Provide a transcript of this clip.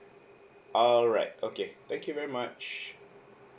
alright okay thank you very much